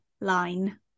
line